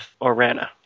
Orana